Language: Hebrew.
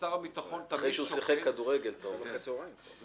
שהוא שוקל כל